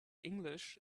english